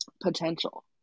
potential